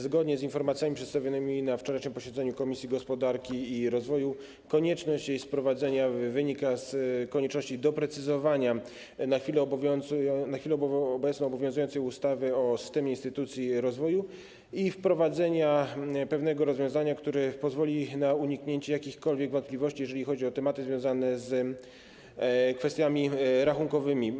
Zgodnie z informacjami przedstawionymi na wczorajszym posiedzeniu Komisji Gospodarki i Rozwoju konieczność jej wprowadzenia wynika z konieczności doprecyzowania na chwilę obecną obowiązującej ustawy o systemie instytucji rozwoju i wprowadzenia pewnego rozwiązania, które pozwoli na uniknięcie jakichkolwiek wątpliwości, jeśli chodzi o tematy związane z kwestiami rachunkowymi.